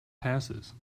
passes